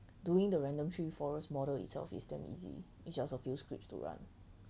doing the random tree forest model itself is damn easy it's just a few scripts to run